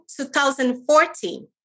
2014